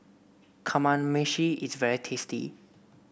Kamameshi is very tasty